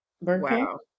Wow